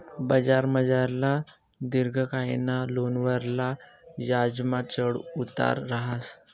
बजारमझारला दिर्घकायना लोनवरला याजमा चढ उतार रहास